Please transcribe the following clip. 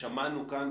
שמענו כאן,